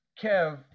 Kev